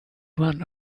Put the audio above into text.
one